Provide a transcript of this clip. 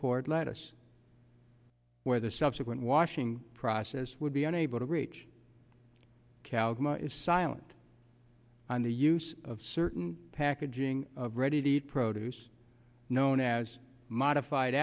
court let us where the subsequent washing process would be unable to reach is silent on the use of certain packaging of ready to eat produce known as modified